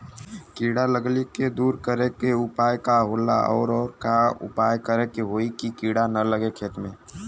कीड़ा लगले के दूर करे के उपाय का होला और और का उपाय करें कि होयी की कीड़ा न लगे खेत मे?